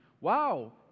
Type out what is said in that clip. Wow